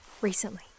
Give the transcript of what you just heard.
recently